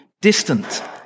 distant